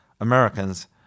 Americans